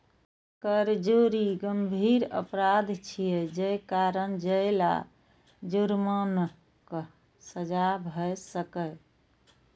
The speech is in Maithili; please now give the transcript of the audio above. कर चोरी गंभीर अपराध छियै, जे कारण जेल आ जुर्मानाक सजा भए सकैए